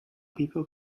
people